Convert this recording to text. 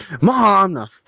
Mom